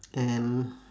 and